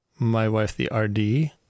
mywifetherd